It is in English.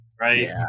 Right